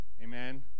amen